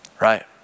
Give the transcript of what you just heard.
right